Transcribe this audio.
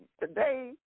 Today